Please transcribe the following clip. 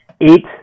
eight